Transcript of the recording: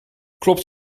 klopt